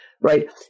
right